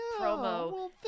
promo